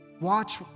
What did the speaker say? Watch